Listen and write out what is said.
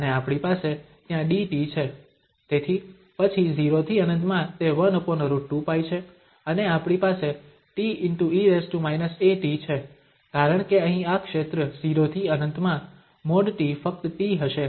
તેથી પછી 0 થી ∞ માં તે 1√2π છે અને આપણી પાસે te−at છે કારણ કે અહીં આ ક્ષેત્ર 0 થી ∞ માં |t| ફક્ત t હશે